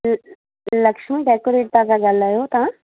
ल लक्ष्मी डेकॉरेट था ॻाल्हायो तव्हां